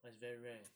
but it's very rare